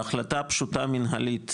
בהחלטה פשוטה מנהלית,